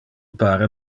pare